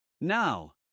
Now